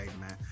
man